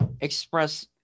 express